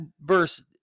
verse